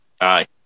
Aye